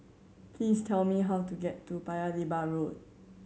please tell me how to get to Paya Lebar Road